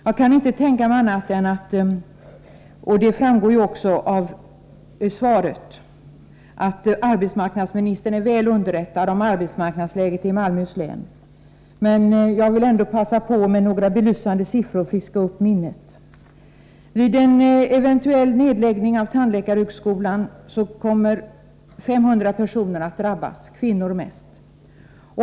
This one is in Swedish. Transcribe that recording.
Jag kan inte tänka mig annat än att arbetsmarknadsministern — och det framgår också av svaret — är väl underrättad om arbetsmarknadsläget i Malmöhus län. Men jag vill ändå passa på att med några belysande siffror friska upp minnet. Vid en eventuell nedläggning av tandläkarhögskolan kommer 500 personer att drabbas, kvinnor mest.